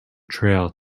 trail